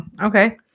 okay